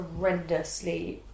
horrendously